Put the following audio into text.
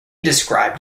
described